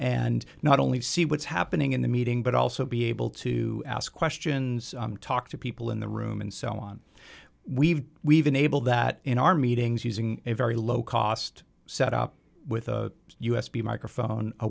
and not only see what's happening in the meeting but also be able to ask questions talk to people in the room and so on we've we've been able that in our meetings using a very low cost set up with a u